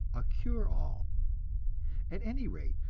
a cure-all. at any rate,